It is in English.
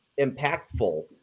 impactful